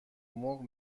مرغ